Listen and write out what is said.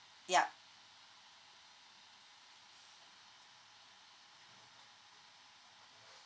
yup